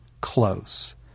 close